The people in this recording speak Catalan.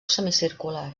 semicircular